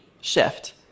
shift